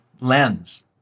lens